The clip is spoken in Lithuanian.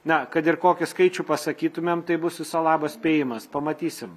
na kad ir kokį skaičių pasakytumėm tai bus viso labo spėjimas pamatysim